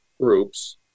groups